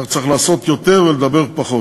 רק צריך לעשות יותר ולדבר פחות.